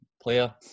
player